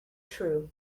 true